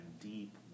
deep